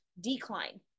decline